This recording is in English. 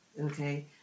okay